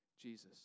Jesus